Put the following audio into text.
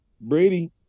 Brady